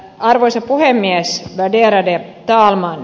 arvoisa puhemies värderade talman